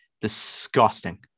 Disgusting